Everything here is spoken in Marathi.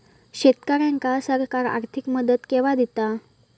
शेतकऱ्यांका सरकार आर्थिक मदत केवा दिता?